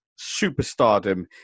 superstardom